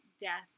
death